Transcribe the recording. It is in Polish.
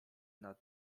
nad